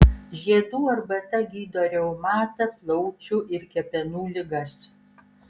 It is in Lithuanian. žiedų arbata gydo reumatą plaučių ir kepenų ligas